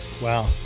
Wow